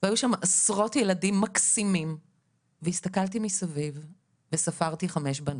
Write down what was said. היו שם עשרות ילדים מקסימים והסתכלתי מסביב וספרתי רק 5 בנות.